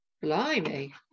Blimey